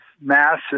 massive